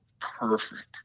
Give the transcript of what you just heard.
perfect